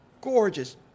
gorgeous